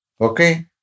Okay